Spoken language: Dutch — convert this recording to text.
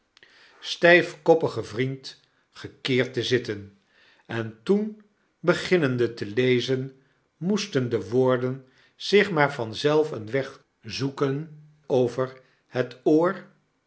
gen vriend gekeerd te zitten en toen beginnende te lezen moesten de woorden zich maar vanzelf een weg zoeken over het oor